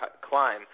climb